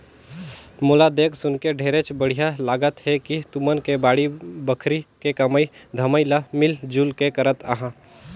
मोला देख सुनके ढेरेच बड़िहा लागत हे कि तुमन के बाड़ी बखरी के कमई धमई ल मिल जुल के करत अहा